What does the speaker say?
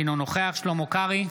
אינו נוכח שלמה קרעי,